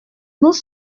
nous